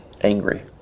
angry